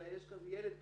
אלא יש כאן ילד בסוף,